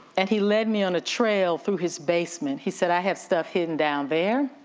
and he led me on a trail through his basement. he said, i have stuff hidden down there.